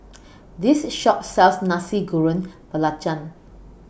This Shop sells Nasi Goreng Belacan